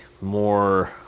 more